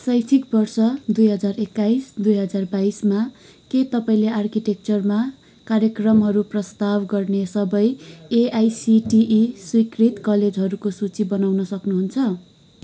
शैक्षिक वर्ष दुई हजार एक्काइस दुई हजार बाइसमा के तपाईँँले आर्किटेक्चरमा कार्यक्रमहरू प्रस्ताव गर्ने सबै एआइसिटिई स्वीकृत कलेजहरूको सूची बनाउन सक्नुहुन्छ